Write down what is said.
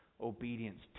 obedience